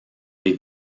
des